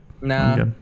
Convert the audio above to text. Nah